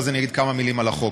ואז אני אגיד כמה מילים על החוק,